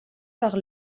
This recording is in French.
par